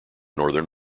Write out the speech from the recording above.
northern